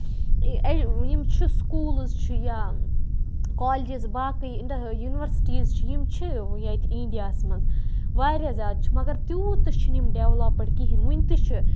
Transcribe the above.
یِم چھِ سکوٗلٕز چھِ یا کولجِز باقٕے یُنورسٹیٖز چھِ یِم چھِ ییٚتہِ اِنڈیاہَس منٛز واریاہ زیادٕ چھِ مَگر تیوٗت تہِ چھِنہٕ یِم ڈیولَپٕڈ کِہیٖںۍ ؤنۍ تہِ چھِ